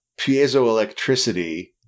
piezoelectricity